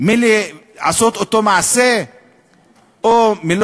מלעשות את אותו מעשה או לא